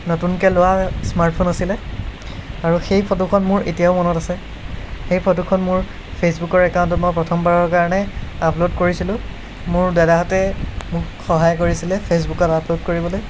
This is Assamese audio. নতুনকৈ লোৱা স্মাৰ্টফোন আছিলে আৰু সেই ফটোখন মোৰ এতিয়াও মনত আছে সেই ফটোখন মোৰ ফেচবুকৰ একাউণ্টত মই প্ৰথমবাৰৰ কাৰণে আপলোড কৰিছিলোঁ মোৰ দাদাহঁতে মোক সহায় কৰিছিলে ফেচবুকত আপলোড কৰিবলৈ